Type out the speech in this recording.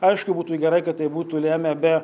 aišku būtų gerai kad tai būtų lėmę be